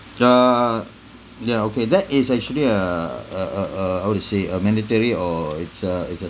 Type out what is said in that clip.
err ya okay that is actually a a a a how to say a mandatory or it's a it's a